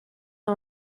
pas